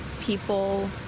people